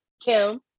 Kim